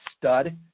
stud